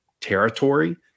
territory